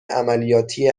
عملیاتی